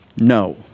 No